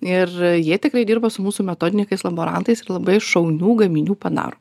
ir jie tikrai dirba su mūsų metodininkais laborantais ir labai šaunių gaminių padaro